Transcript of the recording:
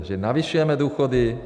Že navyšujeme důchody.